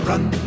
Run